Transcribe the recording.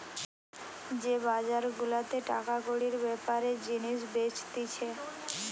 যে বাজার গুলাতে টাকা কড়ির বেপারে জিনিস বেচতিছে